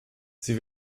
sie